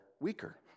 weaker